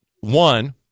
One